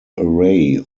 array